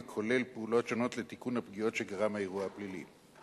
הכולל פעולות שונות לתיקון הפגיעות שגרם האירוע הפלילי.